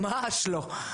ממש לא.